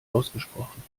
ausgesprochen